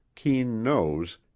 keen nose,